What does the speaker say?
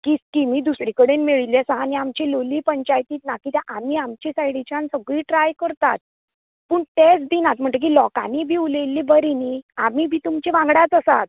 की स्किमी दुसरें कडेन मेळिल्ल्यो आसात आनी आमचें लोलये पंचायतींत ना कित्यांक आमी आमचे सायडीच्यान सगळीं ट्राय करतात पूण तेंच दिनात म्हणटकर लोकांनीय बी उलयलें बरें न्हीं आमी बी तुमचें वांगडाच आसात